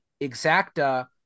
Exacta